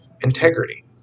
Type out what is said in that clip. Integrity